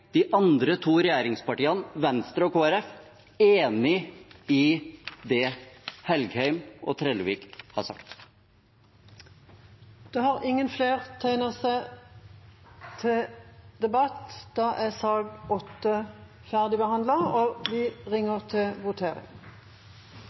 de andre to regjeringspartiene, Venstre og Kristelig Folkeparti, enig i det representantene Engen-Helgheim og Trellevik har sagt? Flere har ikke bedt om ordet til sak nr. 8. Da er